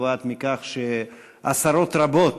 נובעת מכך שעשרות רבות,